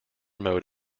mode